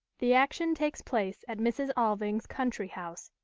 the action takes place at mrs. alving's country house,